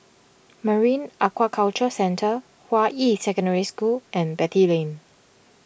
Marine Aquaculture Centre Hua Yi Secondary School and Beatty Lane